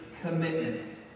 commitment